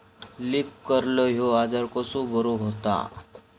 Leaf curl ह्यो आजार कसो बरो व्हता?